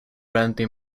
brandy